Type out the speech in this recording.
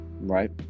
right